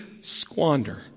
squander